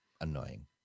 annoying